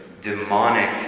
demonic